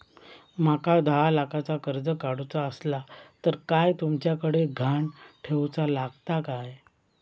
माका दहा लाखाचा कर्ज काढूचा असला तर काय तुमच्याकडे ग्हाण ठेवूचा लागात काय?